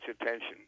attention